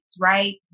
Right